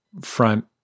front